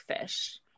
fish